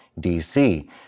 DC